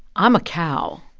i'm a cow.